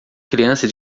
criança